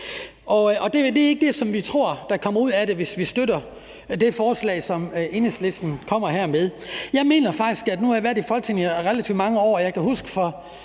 Det er ikke det, som vi tror kommer ud af det, hvis vi støtter det forslag, som Enhedslisten kommer med her. Nu har jeg været i Folketinget i relativt mange år, og jeg kan huske,